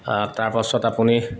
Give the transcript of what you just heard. তাৰ পাছত আপুনি